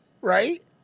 Right